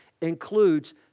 includes